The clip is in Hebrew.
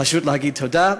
פשוט להגיד תודה.